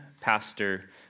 pastor